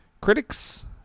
Critics